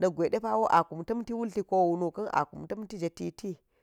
na̱ gwe ɗepaawo a kun tammfi wulfi kowu nu kan a kum timti jefit